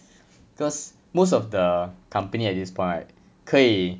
because most of the company at this point right 可以